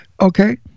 Okay